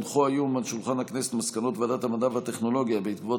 הונחו היום על שולחן הכנסת מסקנות ועדת המדע והטכנולוגיה בעקבות